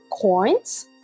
coins